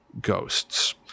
ghosts